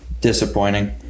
Disappointing